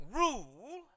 rule